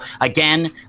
again